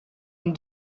une